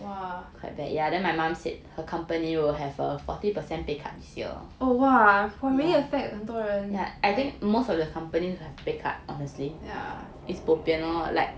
!wah! oh !wah! it really 很多人 yeah